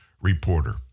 reporter